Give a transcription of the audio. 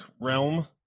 realm